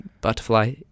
butterfly